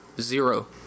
Zero